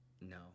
No